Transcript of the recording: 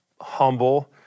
humble